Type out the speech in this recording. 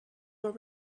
were